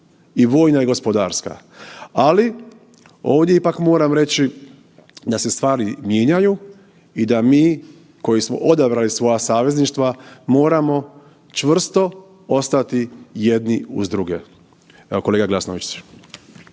I vojna i gospodarska, ali ovdje ipak moram reći da se stvari mijenjaju i da mi koji smo odabrali svoja savezništva moramo čvrsto ostati jedni uz druge. Evo, kolega Glasnović.